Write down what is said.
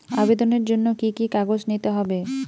আবেদনের জন্য কি কি কাগজ নিতে হবে?